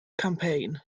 campaign